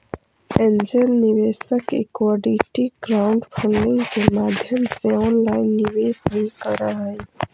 angel निवेशक equity crowdfunding के माध्यम से ऑनलाइन निवेश भी करऽ हइ